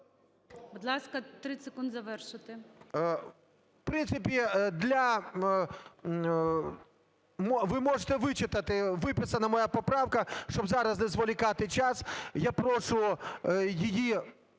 В принципі, для… Ви можете вичитати, виписана моя поправка. Щоб зараз не зволікати час. Я прошу її